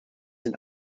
sind